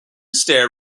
stare